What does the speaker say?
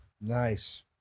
nice